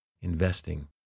investing